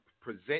present